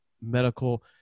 medical